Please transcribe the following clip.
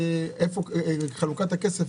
חלוקת הכסף,